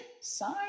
Sign